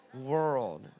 world